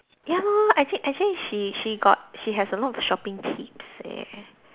ya lor actually actually she she got she has a lot of shopping tips eh